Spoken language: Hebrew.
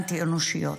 אנטי-אנושיות.